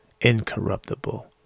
incorruptible